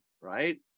right